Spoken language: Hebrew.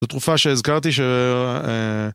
זו תרופה שהזכרתי ש...